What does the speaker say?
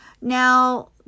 Now